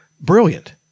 Brilliant